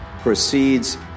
proceeds